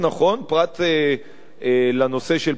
פרט לנושא של פתיחת